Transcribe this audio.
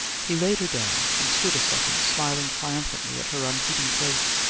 he laid her down, and stood a second smiling triumphantly at her unheeding face.